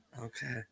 Okay